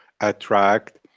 attract